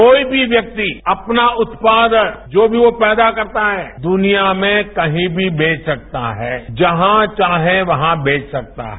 कोई भी व्यक्ति अपना उत्पादन जो भी वो पैदा करता है दुनिया में कहीं भी बेच सकता है जहां चाहे वहां बेच सकता है